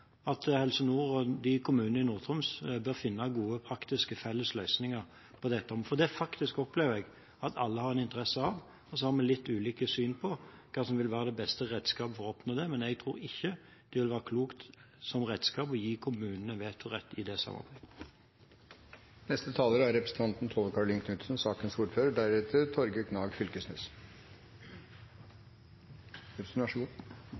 at Helse Nord og disse kommunene i Nord-Troms bør finne gode, praktiske felles løsninger på dette området. Det opplever jeg at alle har en interesse av. Så har vi litt ulike syn på hva som vil være det beste redskapet for å oppnå det, men jeg tror ikke det vil være klokt som redskap å gi kommunene vetorett i det samarbeidet. Da må jeg bare skynde meg og si at det er ingen som er så